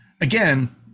again